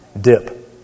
dip